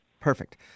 Perfect